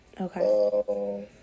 Okay